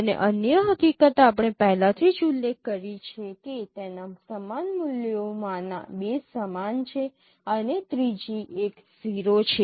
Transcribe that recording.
અને અન્ય હકીકત આપણે પહેલાથી જ ઉલ્લેખિત કરી છે કે તેના સમાન મૂલ્યોમાંના બે સમાન છે અને ત્રીજી એક 0 છે